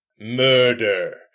murder